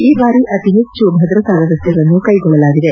ಈ ಬಾರಿ ಅತಿ ಹೆಚ್ಚು ಭದ್ರತಾ ವ್ಯವಸ್ಥೆಗಳನ್ನು ಕ್ಲೆಗೊಳ್ಳಲಾಗಿದೆ